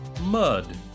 Mud